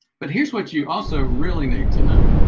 but here's what you also really need to know